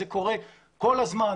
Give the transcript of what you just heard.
זה קורה כל הזמן,